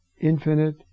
infinite